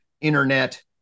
internet